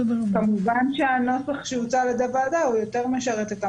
כמובן שהנוסח שהוצע על-ידי הוועדה יותר משרת את המטרה.